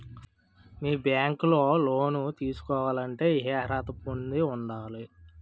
మీ bank లో loan తీసుకోవాలంటే ఎం అర్హత పొంది ఉండాలి?